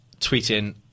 ...tweeting